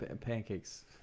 Pancakes